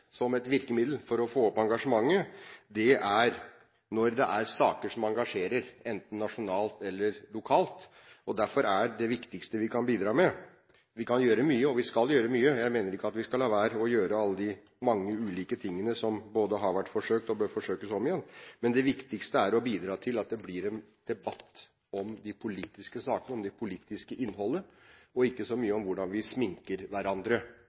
virkemiddel for å få opp engasjementet, og det er saker som engasjerer, enten nasjonalt eller lokalt. Vi kan gjøre mye, og vi skal gjøre mye – jeg mener ikke at vi skal la være å gjøre alle de mange ulike tingene som både har vært forsøkt og bør forsøkes om igjen – men det viktigste er å bidra til at det blir en debatt om de politiske sakene, om det politiske innholdet, og ikke så mye om hvordan vi sminker hverandre,